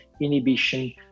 inhibition